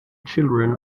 children